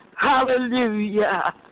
Hallelujah